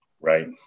Right